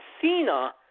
Cena